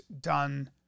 done